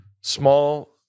small